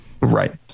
Right